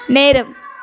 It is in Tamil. நேரம்